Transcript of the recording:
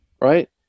right